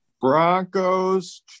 Broncos